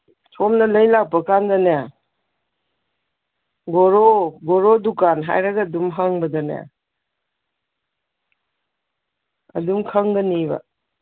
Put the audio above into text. ꯁꯣꯝꯅ ꯂꯩ ꯂꯥꯛꯄ ꯀꯥꯟꯗꯅꯦ ꯒꯣꯔꯣ ꯒꯣꯔꯣ ꯗꯨꯀꯥꯟ ꯍꯥꯏꯔꯒ ꯑꯗꯨꯝ ꯍꯪꯕꯗꯅꯦ ꯑꯗꯨꯝ ꯈꯪꯒꯅꯤꯕ